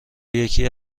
یکی